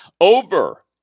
over